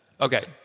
okay